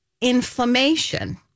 inflammation